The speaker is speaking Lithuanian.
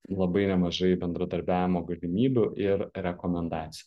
labai nemažai bendradarbiavimo galimybių ir rekomendacijų